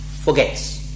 forgets